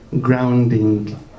grounding